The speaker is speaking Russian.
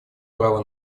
право